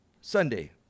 Sunday